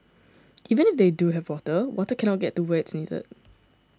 even if they do have water water cannot get to where it's needed